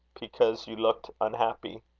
because you looked unhappy.